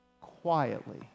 quietly